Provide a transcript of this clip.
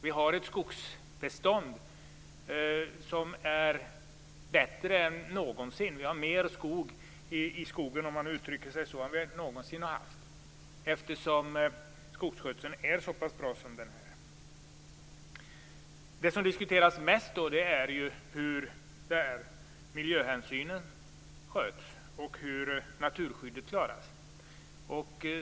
Vårt skogsbestånd är bättre än någonsin. Vi har mer skog i skogen - om man uttrycker sig så - än vi någonsin har haft, eftersom skogsskötseln är så pass bra som den är. Det som diskuteras mest är hur miljöhänsynen sköts och hur naturskyddet klaras.